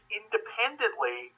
independently